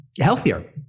healthier